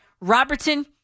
Robertson